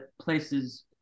places